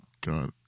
god